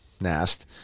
Nast